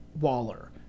Waller